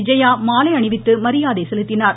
விஜயா மாலை அணிவித்து மரியாதை செலுத்தினார்